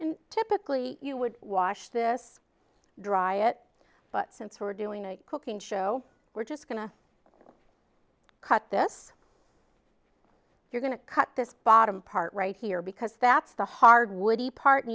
this typically you would wash this dry it but since we're doing a cooking show we're just going to cut this you're going to cut this bottom part right here because that's the hard woody part